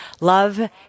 love